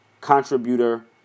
contributor